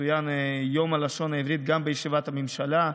צוין יום הלשון העברית גם בישיבת הממשלה,